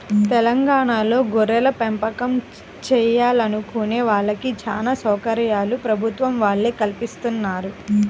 తెలంగాణాలో గొర్రెలపెంపకం చేయాలనుకునే వాళ్ళకి చానా సౌకర్యాలు ప్రభుత్వం వాళ్ళే కల్పిత్తన్నారు